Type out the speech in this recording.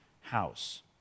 house